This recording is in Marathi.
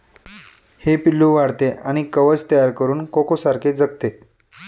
हे पिल्लू वाढते आणि कवच तयार करून कोकोसारखे जगते